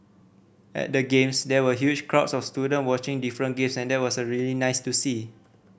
at the games there were huge crowds of students watching different games and that was really nice to see